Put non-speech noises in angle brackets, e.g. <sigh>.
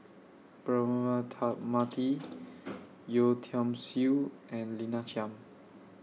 Braema Mathi <noise> Yeo Tiam Siew and Lina Chiam